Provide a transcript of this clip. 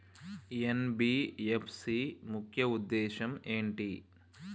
NBFC ముఖ్య ఉద్దేశం ఏంటి?